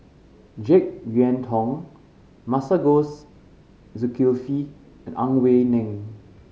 Jek Yeun Thong Masagos Zulkifli and Ang Wei Neng